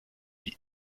die